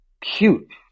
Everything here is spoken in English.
cute